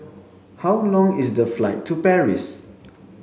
how long is the flight to Paris